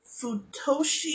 Futoshi